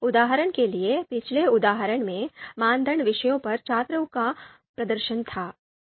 उदाहरण के लिए पिछले उदाहरण में मानदंड विषयों पर छात्रों के प्रदर्शन थे